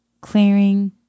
clearing